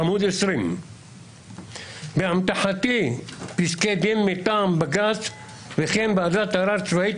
עמוד 20. באמתחתי פסקי דין מטעם בג"ץ וכן ועדת הערר הצבאית